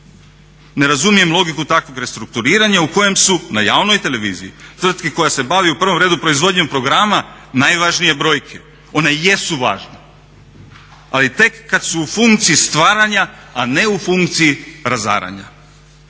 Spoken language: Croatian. Ne razumijem logiku takvog restrukturiranja u kojem su na javnoj televiziji, tvrtki koja se bavi u prvom redu proizvodnjom programa najvažnije brojke. One jesu važne ali tek kada su u funkciji stvaranja a ne u funkciji razaranja.